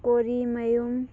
ꯀꯣꯔꯤꯃꯌꯨꯝ